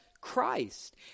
Christ